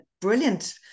brilliant